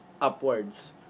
upwards